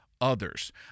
others